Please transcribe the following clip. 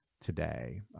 today